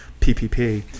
PPP